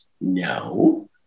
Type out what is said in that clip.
No